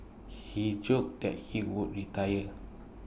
he joked that he would retire